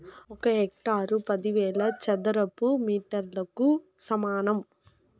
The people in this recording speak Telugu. ఒక హెక్టారు పదివేల చదరపు మీటర్లకు సమానం